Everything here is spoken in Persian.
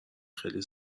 خیلی